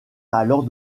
alors